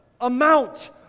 amount